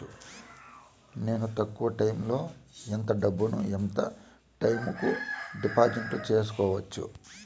నేను తక్కువ టైములో ఎంత డబ్బును ఎంత టైము కు డిపాజిట్లు సేసుకోవచ్చు?